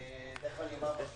כרגע אין